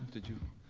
did you?